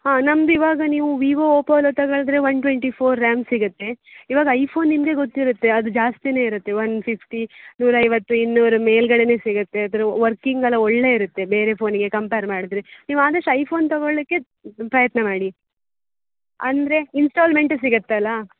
ಹಾಂ ನಮ್ದು ಇವಾಗ ನೀವು ವಿವೊ ಒಪೊ ಎಲ್ಲ ತಗೊಳ್ದ್ರೆ ಒನ್ ಟ್ವೆಂಟಿ ಫೋರ್ ರ್ಯಾಮ್ ಸಿಗುತ್ತೆ ಇವಾಗ ಐಫೋನ್ ನಿಮಗೆ ಗೊತ್ತಿರುತ್ತೆ ಅದು ಜಾಸ್ತಿನೇ ಇರುತ್ತೆ ಒನ್ ಫಿಫ್ಟಿ ನೂರೈವತ್ತು ಇನ್ನೂರು ಮೇಲುಗಡೆನೆ ಸಿಗುತ್ತೆ ಅದ್ರ ವರ್ಕಿಂಗೆಲ್ಲ ಒಳ್ಳೇದ್ ಇರುತ್ತೆ ಬೇರೆ ಫೋನಿಗೆ ಕಂಪೆರ್ ಮಾಡಿದರೆ ನೀವು ಆದಷ್ಟು ಐಫೋನ್ ತಗೊಳ್ಳಿಕ್ಕೆ ಪ್ರಯತ್ನ ಮಾಡಿ ಅಂದರೆ ಇನ್ಸ್ಟಾಲ್ಮೆಂಟು ಸಿಗುತ್ತಲ್ಲ